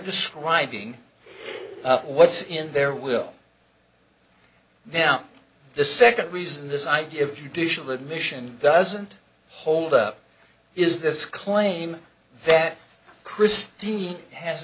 describing what's in their will now the second reason this idea of judicial admission doesn't hold up is this claim that christine has